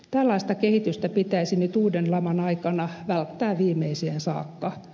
tällaista kehitystä pitäisi nyt uuden laman aikana välttää viimeiseen saakka